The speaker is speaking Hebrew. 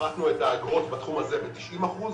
הפחתנו את האגרות בתחום הזה ב-90 אחוזים